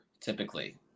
typically